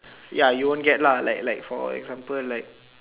ya you won't get lah like like for example like